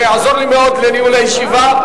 זה יעזור לי מאוד לניהול הישיבה,